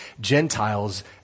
Gentiles